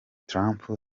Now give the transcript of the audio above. trump